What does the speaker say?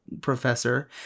professor